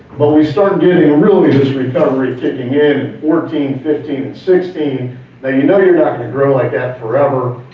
but we start getting real in this recovery kicking in fourteen, fifteen, and sixteen, now you know you're not going to grow like that forever.